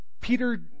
Peter